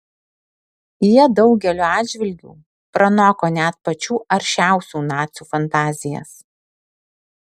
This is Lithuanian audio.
jie daugeliu atžvilgių pranoko net pačių aršiausių nacių fantazijas